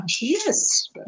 Yes